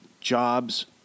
jobs